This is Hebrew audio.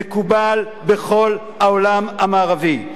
מקובל בכל העולם המערבי.